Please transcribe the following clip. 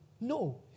No